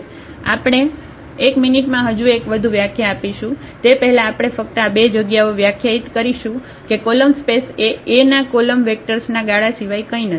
આપણે એક મિનિટમાં હજુ એક વધુ વ્યાખ્યા આપીશું તે પહેલાં આપણે ફક્ત આ બે જગ્યાઓ વ્યાખ્યાયિત કરીશું કે કોલમ સ્પેસ એ A ના કૉલમ વેક્ટર્સના ગાળા સિવાય કંઈ નથી